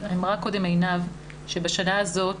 אמרה קודם עינב שבשנה הזאת